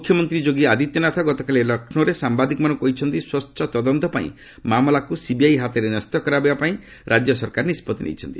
ମୁଖ୍ୟମନ୍ତ୍ରୀ ଯୋଗୀ ଆଦିତ୍ୟନାଥ ଗତକାଲି ଲକ୍ଷ୍ନୌରେ ସାମ୍ବାଦିକମାନଙ୍କୁ କହିଛନ୍ତି ସ୍ୱଚ୍ଛ ତଦନ୍ତ ପାଇଁ ମାମଲାକୁ ସିବିଆଇ ହାତରେ ନ୍ୟସ୍ତ କରାଯିବା ପାଇଁ ରାଜ୍ୟ ସରକାର ନିଷ୍ପଭ୍ତି ନେଇଛନ୍ତି